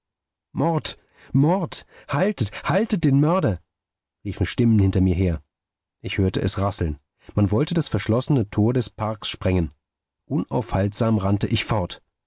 mord mord haltet haltet den mörder riefen stimmen hinter mir her ich hörte es rasseln man wollte das verschlossene tor des parks sprengen unaufhaltsam rannte ich fort